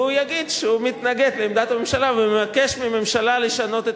והוא יגיד שהוא מתנגד לעמדת הממשלה ומבקש מהממשלה לשנות את